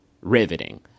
riveting